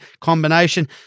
combination